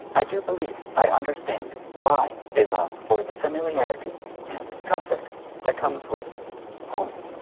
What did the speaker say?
i do believe i understand why they long for the familiarity and comfort that comes with home.